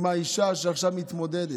עם האישה, שעכשיו מתמודדת,